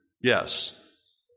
yes